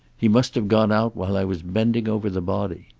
he must have gone out while i was bending over the body.